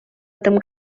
этом